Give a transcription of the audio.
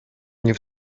nie